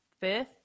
fifth